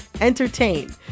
entertain